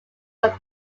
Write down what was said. were